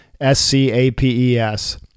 S-C-A-P-E-S